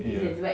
ya